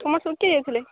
ତୁମର ସବୁ କିଏ ଯାଇଥିଲେ